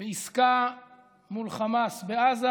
בעסקה מול חמאס בעזה